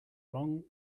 long